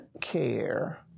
care